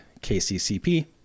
KCCP